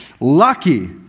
Lucky